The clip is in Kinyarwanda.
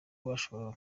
bashobora